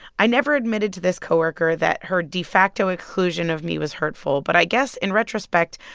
i never admitted to this co-worker that her defacto exclusion of me was hurtful. but i guess in retrospect,